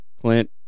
clint